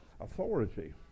authority